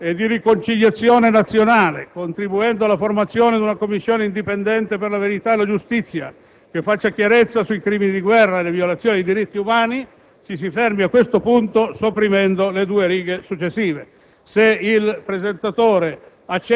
nel paese; «» *b)* sostenere processi di giustizia di transizione e di riconciliazione nazionale contribuendo alla formazione di una Commissione indipendente per la verità e la giustizia che faccia chiarezza sui crimini di guerra e le violazioni dei diritti umani;